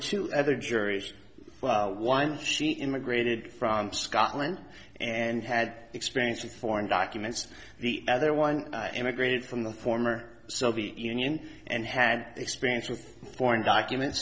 two other juries well one she immigrated from scotland and had experience with foreign documents the other one immigrated from the former soviet union and had experience with foreign